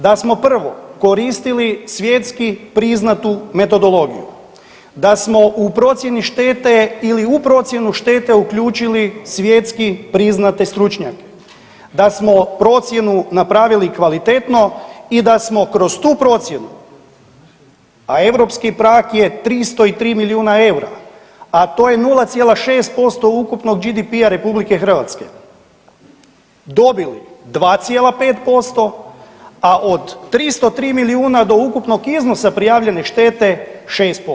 Da smo prvo koristili svjetski priznatu metodologiju, da smo u procjeni štete ili u procjenu štete uključili svjetski priznate stručnjake, da smo procjenu napravili kvalitetno i da smo kroz tu procjenu, a europski prag je 303 milijuna eura, a to je 0,6% ukupnog GDP-a Republike Hrvatske dobili 2,5%, a od 303 milijuna do ukupnog iznosa prijavljene štete 6%